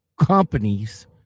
companies